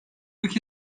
ülke